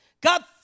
God